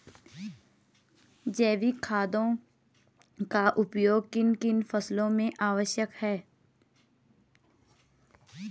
जैविक खादों का उपयोग किन किन फसलों में आवश्यक है?